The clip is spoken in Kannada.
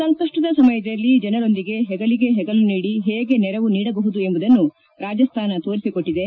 ಸಂಕಷ್ಷದ ಸಮಯದಲ್ಲಿ ಜನರೊಂದಿಗೆ ಹೆಗಲಿಗೆ ಹೆಗಲು ನೀಡಿ ಹೇಗೆ ನೆರವು ನೀಡಬಹುದು ಎಂಬುದನ್ನು ರಾಜಸ್ತಾನ ತೋರಿಸಿಕೊಟ್ಟದೆ